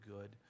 good